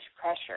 pressure